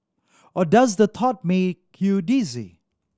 or does the thought make you dizzy